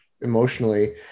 emotionally